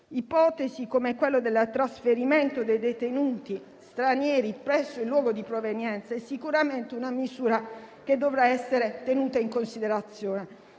Ipotesi come quella del trasferimento dei detenuti stranieri presso il luogo di provenienza è sicuramente una misura che dovrà essere tenuta in considerazione.